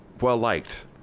well-liked